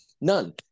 None